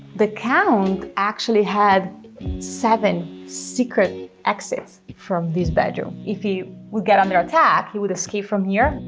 the count actually had seven secret exits from this bedroom. if he will get under attack he would escape from here.